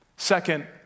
Second